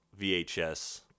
VHS